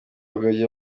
rugagi